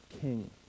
king